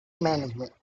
management